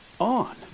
on